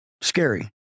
scary